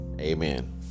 amen